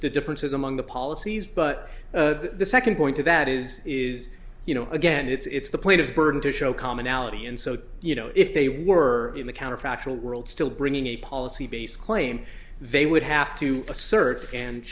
the differences among the policies but the second point to that is is you know again it's the point of the burden to show commonality and so you know if they were in the counterfactual world still bringing a policy based claim they would have to assert and